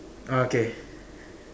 ah okay